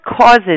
causes